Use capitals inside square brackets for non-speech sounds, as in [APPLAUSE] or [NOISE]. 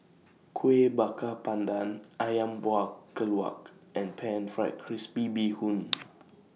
Kuih Bakar Pandan Ayam Buah Keluak and Pan Fried Crispy Bee Hoon [NOISE]